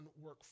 work